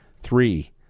three